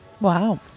Wow